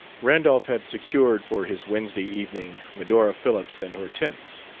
randolph had secured for his wednesday evening medora phillips and hortense.